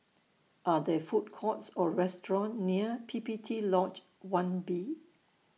Are There Food Courts Or restaurants near P P T Lodge one B